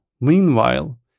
meanwhile